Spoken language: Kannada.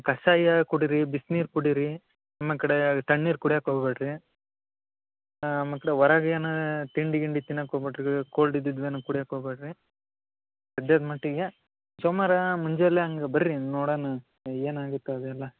ಕಶಾಯ ಕುಡಿರಿ ಬಿಸ್ನೀರು ಕುಡಿರಿ ಮಕ್ಡೆ ತಣ್ಣಿರು ಕುಡಿಯೋಕೆ ಹೋಗ್ಬೇಡ್ರಿ ಮಕ್ಡೆ ಹೊರಗೆ ಏನು ತಿಂಡಿ ಗಿಂಡಿ ತಿನ್ನೊಕೆ ಹೋಗ್ಬೇಡ್ರಿ ಕೊಲ್ಡ್ ಇದ್ದಿದ್ ಏನು ಕುಡಿಯೊಕ್ ಓಗ್ಬೇಡ್ರಿ ಸದ್ಯದ ಮಟ್ಟಿಗೆ ಸೊಮವಾರ ಮುಂಜಾಲೆ ಹಾಂಗೆ ಬರ್ರಿ ನೋಡೋಣ ಏನಾಗತ್ತೋ ಅದೆಲ್ಲ